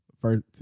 First